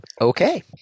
Okay